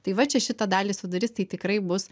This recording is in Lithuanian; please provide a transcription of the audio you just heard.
tai va čia šitą dalį sudarys tai tikrai bus